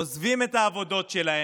עוזבים את העבודות שלהם,